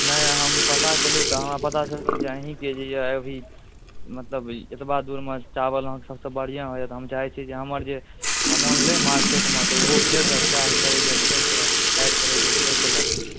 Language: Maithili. नहि हम पता केलहुँ तऽ हमरा पता चलल जे अहीँके जे अइ अभी मतलब एतबा दूरमे चावल अहाँके सबसँ बढ़िआँ होइए तऽ हम चाहै छिए जे हमर जे समान लै मार्केटमे तऽ ओहो फेरसँ प्रचार करै जे फेरसँ प्रचार करै जे फेरसँ लऽ सकै